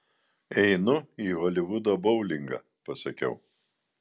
einu į holivudo boulingą pasakiau